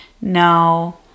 no